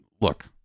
look